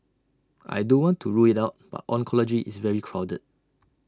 I don't want to rule IT out but oncology is very crowded